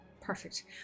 Perfect